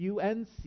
UNC